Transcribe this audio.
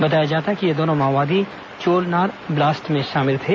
बताया जाता है कि ये दोनों माओवादी चोलनार ब्लास्ट में शामिल थे